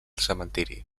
cementiri